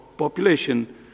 population